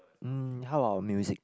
mm how about music